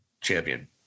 champion